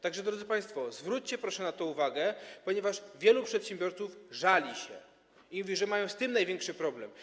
Tak że, drodzy państwo, zwróćcie, proszę, na to uwagę, ponieważ wielu przedsiębiorców żali się i mówi, że ma z tym największy problem.